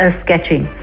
sketching